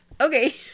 Okay